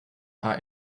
are